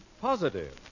Positive